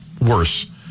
worse